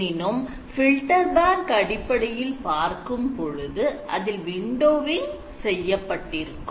எனினும் filter bank அடிப்படையில் பார்க்கும் பொழுது அதில் windowing செய்யப்பட்டிருக்கும்